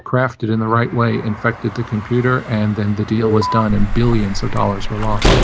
crafted in the right way, infected the computer, and then the deal was done. and billions of dollars were lost.